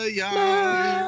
young